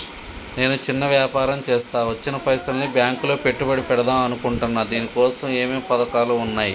నేను చిన్న వ్యాపారం చేస్తా వచ్చిన పైసల్ని బ్యాంకులో పెట్టుబడి పెడదాం అనుకుంటున్నా దీనికోసం ఏమేం పథకాలు ఉన్నాయ్?